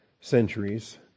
centuries